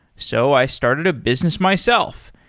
so, i started a business myself,